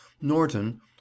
Norton